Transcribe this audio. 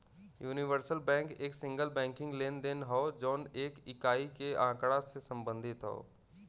universal bank एक single banking लेनदेन हौ जौन एक इकाई के आँकड़ा से संबंधित हौ